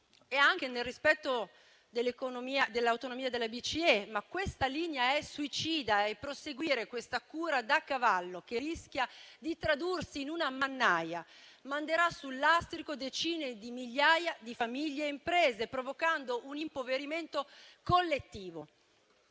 e anche nel rispetto dell'autonomia della BCE: questa linea è suicida e proseguire questa cura da cavallo, che rischia di tradursi in una mannaia, manderà sul lastrico decine di migliaia di famiglie e imprese, provocando un impoverimento collettivo.